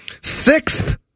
Sixth